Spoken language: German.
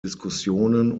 diskussionen